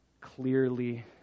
clearly